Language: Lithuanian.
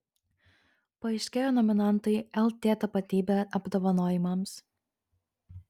paaiškėjo nominantai lt tapatybė apdovanojimams